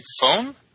phone